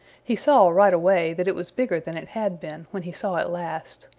he saw right away that it was bigger than it had been when he saw it last.